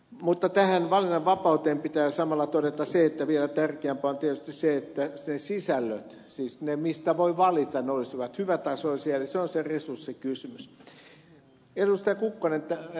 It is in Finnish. mutta tähän valinnanvapauteen pitää samalla todeta se että vielä tärkeämpää on tietysti se että sisällöt siis ne mistä voi valita olisivat hyvätasoisia eli se on se resurssikysymys